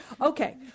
Okay